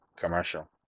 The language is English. commercial